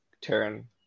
turn